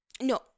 No